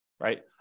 right